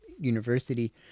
university